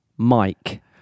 mike